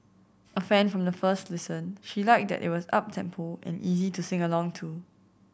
a fan from the first listen she liked that it was uptempo and easy to sing along to